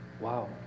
wow